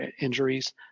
injuries